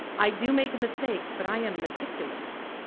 i do make mistakes, but i am meticulous.